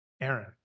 Aaron